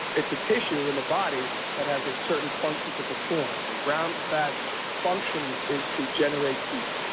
it's a tissue in the body that has a certain function to perform and brown fat function is to generate heat,